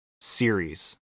series